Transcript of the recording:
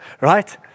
right